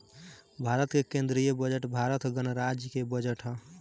भारत के केंदीय बजट भारत गणराज्य के बजट ह